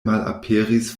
malaperis